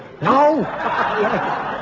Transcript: No